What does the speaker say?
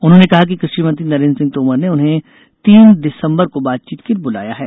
उन्होंने कहा है कि कृषि मंत्री नरेन्द्र सिंह तोमर ने उन्हें तीन दिसंबर को बातचीत के लिए बुलाया है